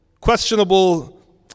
questionable